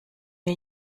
wir